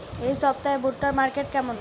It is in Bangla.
এই সপ্তাহে ভুট্টার মার্কেট কেমন?